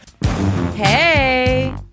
Hey